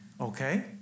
Okay